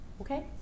okay